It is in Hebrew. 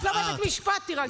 את לא בבית המשפט, תירגעי.